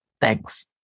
Thanks